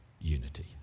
unity